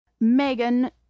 Megan